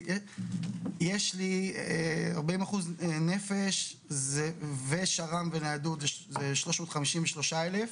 יש לי 40% נפש ושר"ם וניידות זה 353 אלף,